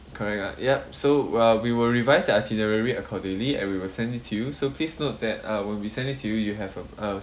correct ah yup so uh we will revise the itinerary accordingly and we will send it to you so please note that uh when we send it to you you have uh uh